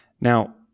Now